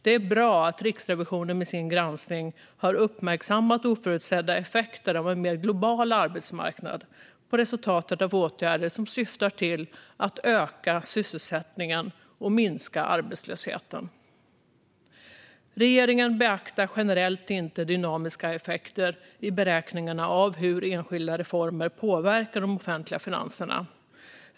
Det är bra att Riksrevisionen med sin granskning har uppmärksammat oförutsedda effekter av en mer global arbetsmarknad på resultatet av åtgärder som syftar till att öka sysselsättningen och minska arbetslösheten. Regeringen beaktar generellt inte dynamiska effekter i beräkningarna av hur enskilda reformer påverkar de offentliga finanserna.